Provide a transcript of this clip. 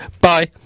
bye